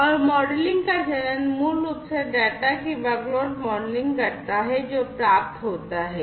और मॉडलिंग का चरण मूल रूप से डेटा की वर्कलोड मॉडलिंग करता है जो प्राप्त होता है